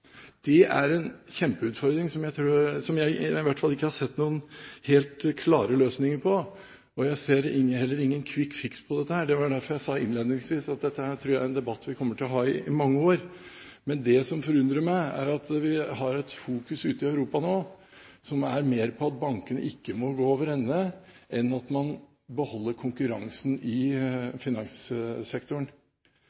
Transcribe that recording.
Det er en kjempeutfordring som jeg i hvert fall ikke har sett noen helt klare løsninger på, og jeg ser heller ingen «quick fix» her. Derfor sa jeg innledningsvis at jeg tror dette er en debatt vi kommer til å ha i mange år. Men det som forundrer meg, er at man ute i Europa nå fokuserer mer på at bankene ikke må gå over ende, enn på å beholde konkurransen i